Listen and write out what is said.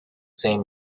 same